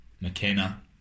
McKenna